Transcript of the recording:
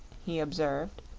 he observed,